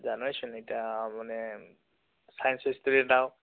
জানোৱেইচোন এতিয়া মানে ছাইন্সৰ ষ্টুডেন্ট আৰু